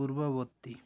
ପୂର୍ବବର୍ତ୍ତୀ